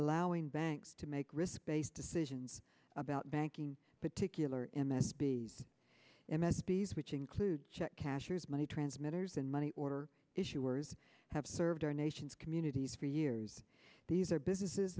allowing banks to make risk based decisions about banking particular m s b m s p's which include check cashers money transmitters and money order issuers have served our nation's communities for years these are businesses